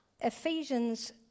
Ephesians